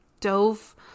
dove